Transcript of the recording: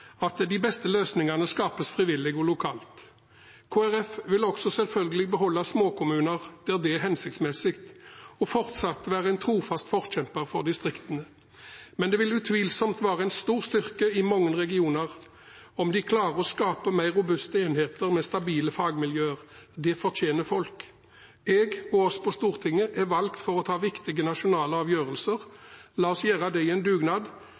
at de beste løsningene skapes frivillig og lokalt. Kristelig Folkeparti vil også selvfølgelig beholde små kommuner der det er hensiktsmessig, og fortsatt være en trofast forkjemper for distriktene. Men det vil utvilsomt være en stor styrke i mange regioner om de klarer å skape mer robuste enheter med stabile fagmiljøer – det fortjener folk. Jeg – og vi på Stortinget – er valgt for å ta viktige nasjonale avgjørelser. La oss gjøre det i en dugnad,